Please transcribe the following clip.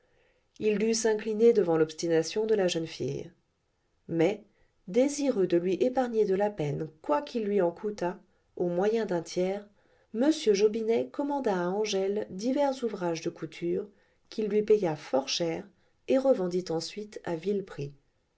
il dut s'incliner devant l'obstination de la jeune fille mais désireux de lui épargner de la peine quoi qu'il lui en coûtât au moyen d'un tiers m jobinet commanda à angèle divers ouvrages de couture qu'il lui paya fort cher et revendit ensuite à vil prix